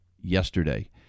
yesterday